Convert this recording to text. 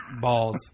Balls